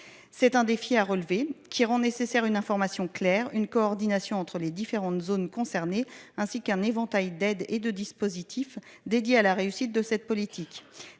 Crit'Air. Relever ce défi suppose une information claire, une coordination entre les différentes zones concernées ainsi qu'un éventail d'aides et de dispositifs dédiés à la réussite de cette politique.